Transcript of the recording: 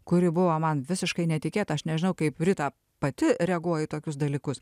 kuri buvo man visiškai netikėta aš nežinau kaip rita pati reaguoji į tokius dalykus